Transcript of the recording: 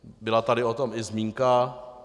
Byla tady o tom i zmínka.